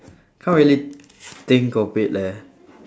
can't really think of it leh